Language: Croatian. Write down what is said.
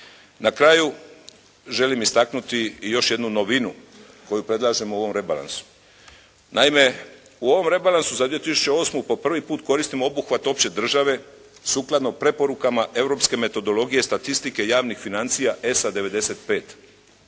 Na kraju želim istaknuti i još jednu novinu, koju predlažem u ovom rebalansu. Naime, u ovom rebalansu za 2008. po prvi put koristimo obuhvat opće države sukladno preporukama europske metodologije statistike javnih financija ESA 95.